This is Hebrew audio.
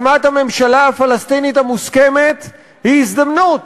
הקמת הממשלה הפלסטינית המוסכמת היא הזדמנות.